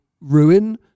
ruin